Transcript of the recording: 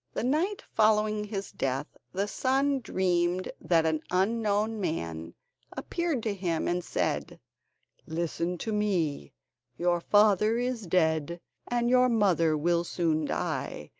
the night following his death, the son dreamed that an unknown man appeared to him and said listen to me your father is dead and your mother will soon die,